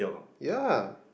ya